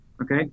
Okay